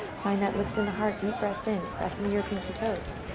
find that lift in the heart, deep breath in, press into your pinky toes.